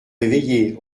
réveiller